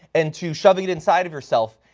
and to shoving it inside of yourself,